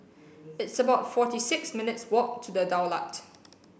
it's about forty six minutes walk to The Daulat